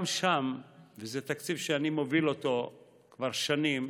גם שם, וזה תקציב שאני מוביל אותו כבר שנים,